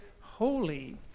holy